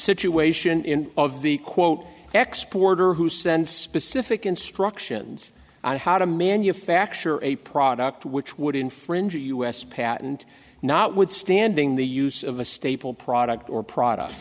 situation in all of the quote export or who send specific instructions on how to manufacture a product which would infringe a u s patent not withstanding the use of a staple product or products